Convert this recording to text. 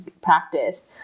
practice